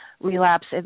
relapse